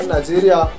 Nigeria